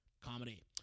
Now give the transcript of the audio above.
comedy